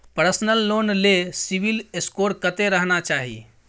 Personal loan ले CIBIL score कत्ते रहना चाही?